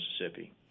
Mississippi